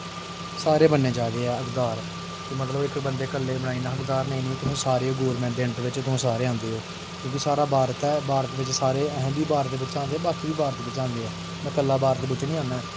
सारे बनने चाहिदे ऐ हकदार कि मतलब इक बंदे ई कल्लै बनाई ओड़ना हकदार नेईं नेईं तुसें सारे गौरमेंट दे अंडर बिच तुस सारे आंदे ओ क्योंकि सारा भारत ऐ भारत बिच सारे अस बी भारत बिच आंदे बाकि बी भारत बिच आंदे ऐ में कल्ला भारत बिच निं आना ऐं